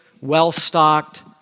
well-stocked